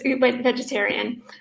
vegetarian